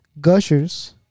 Gushers